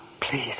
please